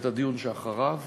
ואת הדיון שאחריו.